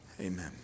Amen